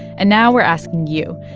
and now we're asking you.